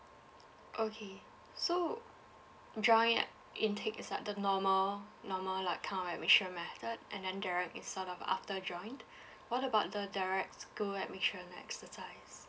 okay so joint uh intake is like the normal normal like kind of admission method and then direct is sort of after joint what about the direct school admission exercise